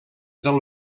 del